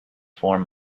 form